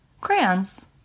Crayons